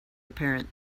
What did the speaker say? apparent